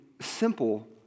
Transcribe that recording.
simple